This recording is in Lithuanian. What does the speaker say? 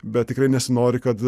bet tikrai nesinori kad